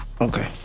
Okay